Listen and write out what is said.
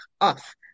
off